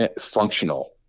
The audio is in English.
functional